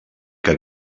que